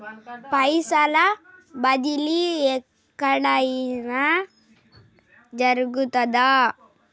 పైసల బదిలీ ఎక్కడయిన జరుగుతదా?